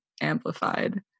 amplified